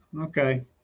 Okay